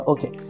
Okay